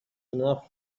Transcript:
enough